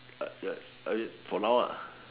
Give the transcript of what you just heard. uh ya I mean for now lah